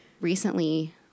recently